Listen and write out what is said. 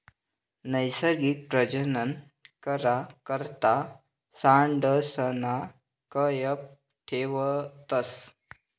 नैसर्गिक प्रजनन करा करता सांडसना कयप ठेवतस